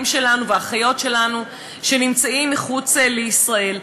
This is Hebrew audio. שלנו והאחיות שלנו שנמצאים מחוץ לישראל,